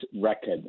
record